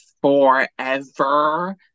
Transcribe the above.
forever